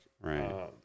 Right